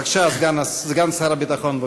בבקשה, סגן שר הביטחון.